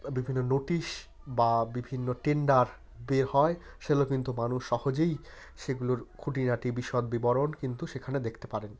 বা বিভিন্ন নোটিশ বা বিভিন্ন টেন্ডার বের হয় সেগুলো কিন্তু মানুষ সহজেই সেগুলোর খুঁটিনাটি বিশদ বিবরণ কিন্তু সেখানে দেখতে পারেন